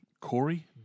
Corey